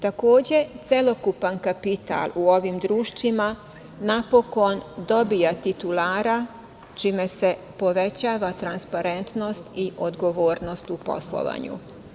Takođe, celokupan kapital u ovim društvima napokon dobija titulara čime se povećava transparentnost i odgovornost u poslovanju.